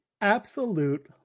absolute